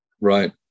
Right